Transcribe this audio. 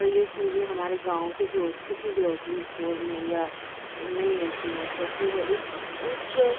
تو یہ چیزیں ہمارے گاؤں کی گروس کسی گروسری اسٹور میں یا نہیں ملتی ہیں تو پھر اس کی اس